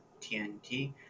TNT